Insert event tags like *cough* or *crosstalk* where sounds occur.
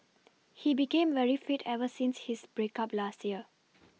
*noise* he became very fit ever since his break up last year